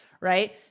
Right